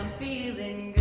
be the